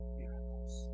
miracles